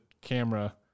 camera